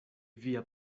via